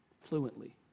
fluently